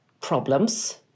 problems